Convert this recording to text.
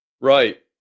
Right